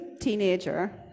teenager